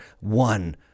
one